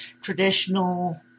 traditional